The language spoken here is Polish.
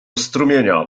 strumienia